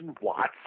watts